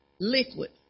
Liquid